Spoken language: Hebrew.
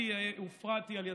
כי הופרעתי על ידך,